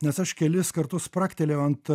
nes aš kelis kartus spragtelėjau ant